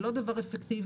זה לא דבר אפקטיבי,